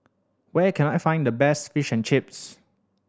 where can I find the best Fish and Chips